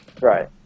Right